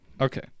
Okay